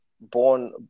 born